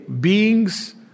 beings